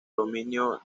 dominio